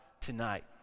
tonight